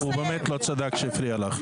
הוא באמת לא צדק כשהפריע לך.